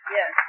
Yes